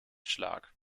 schlag